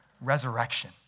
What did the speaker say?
resurrection